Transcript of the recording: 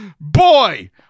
Boy